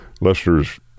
Lester's